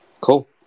Cool